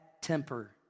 temper